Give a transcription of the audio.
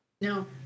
No